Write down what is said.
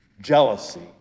jealousy